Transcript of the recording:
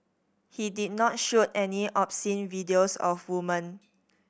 he did not shoot any obscene videos of women